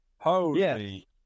Holy